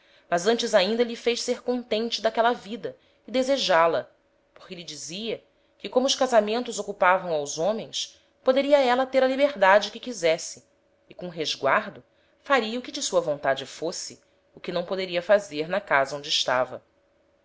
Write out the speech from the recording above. mas antes ainda lhe fez ser contente d'aquela vida e desejá la porque lhe dizia que como os casamentos ocupavam aos homens poderia éla ter a liberdade que quisesse e com resguardo faria o que de sua vontade fosse o que não poderia fazer na casa onde estava